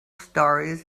stories